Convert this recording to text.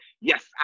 Yes